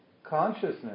Consciousness